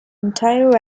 entire